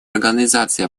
организации